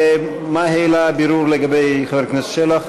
מה העלה הבירור בקשר לחבר הכנסת שלח?